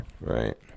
Right